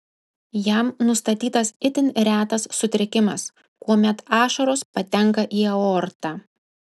jam nustatytas itin retas sutrikimas kuomet ašaros patenka į aortą